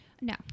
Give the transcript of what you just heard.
No